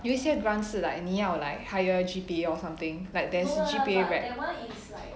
有一些 grant 是 like 你要 like higher G_P_A or something like there's G_P_A req~